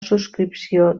subscripció